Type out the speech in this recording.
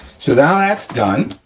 so now, that's done.